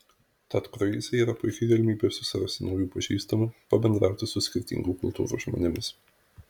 tad kruize yra puiki galimybė susirasti naujų pažįstamų pabendrauti su skirtingų kultūrų žmonėmis